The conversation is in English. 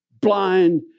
blind